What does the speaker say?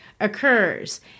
occurs